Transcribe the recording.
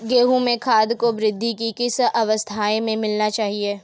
गेहूँ में खाद को वृद्धि की किस अवस्था में मिलाना चाहिए?